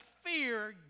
fear